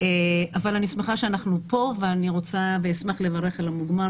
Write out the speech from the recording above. אבל אני שמחה שאנחנו פה ואשמח לברך על המוגמר